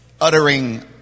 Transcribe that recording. uttering